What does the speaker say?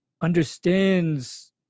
understands